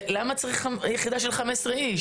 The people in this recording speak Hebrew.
אז למה אנחנו צריכים יחידה של 15 איש?